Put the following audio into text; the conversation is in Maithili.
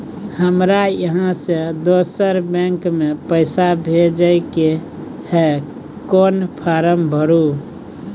हमरा इहाँ से दोसर बैंक में पैसा भेजय के है, कोन फारम भरू?